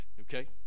okay